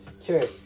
Okay